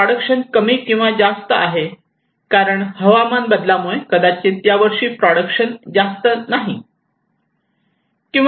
production कमी किंवा जास्त आहे कारण हवामान बदलामुळे कदाचित यावर्षी प्रोडकशन जास्त नाही